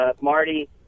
Marty